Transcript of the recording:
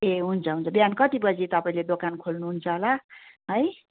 ए हुन्छ हुन्छ बिहान कति बजी तपाईँले दोकान खोल्नुहुन्छ होला है